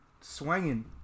swinging